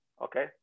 okay